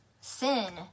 sin